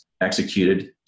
executed